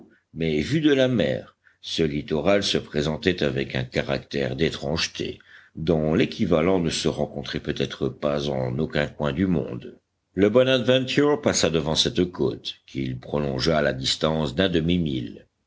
vu de la mer ce littoral se présentait avec un caractère d'étrangeté dont l'équivalent ne se rencontrait peutêtre pas en aucun coin du monde le bonadventure passa devant cette côte qu'il prolongea à la distance d'un demi-mille